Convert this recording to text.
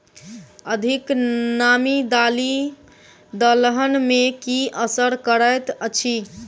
अधिक नामी दालि दलहन मे की असर करैत अछि?